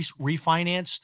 refinanced